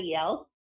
else